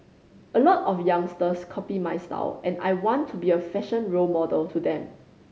a lot of youngsters copy my style and I want to be a fashion role model to them